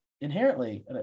inherently